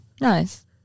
Nice